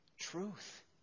Truth